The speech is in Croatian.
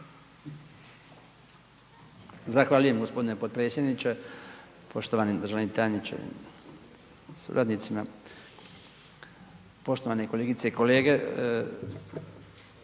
Hvala lijepo gospodine potpredsjedniče. Poštovani ministre sa suradnicom, poštovane kolegice i kolege.